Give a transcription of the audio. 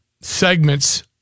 segments